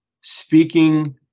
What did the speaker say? speaking